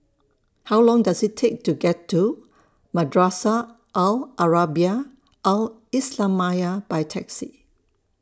How Long Does IT Take to get to Madrasah Al Arabiah Al Islamiah By Taxi